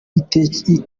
igitekerezo